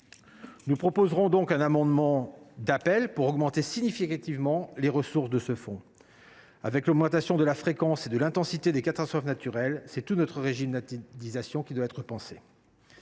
Nous proposerons donc un amendement d’appel pour augmenter significativement les ressources de ce fonds. Compte tenu de l’augmentation de la fréquence et de l’intensité des catastrophes naturelles, c’est tout notre régime d’indemnisation qui doit être repensé.